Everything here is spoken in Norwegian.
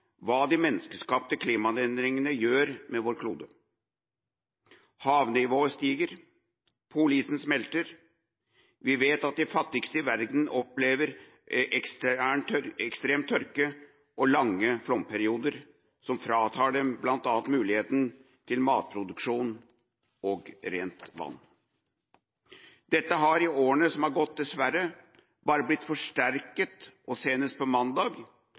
hva de menneskeskapte klimaendringene gjør med vår klode: Havnivået stiger, polisen smelter, og vi vet at de fattigste i verden opplever ekstrem tørke og lange flomperioder, som fratar dem bl.a. muligheten til matproduksjon og rent vann. Dette har i årene som har gått, dessverre bare blitt forsterket, og senest på mandag